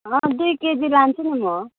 दुई केजी लान्छु नि म